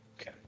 Okay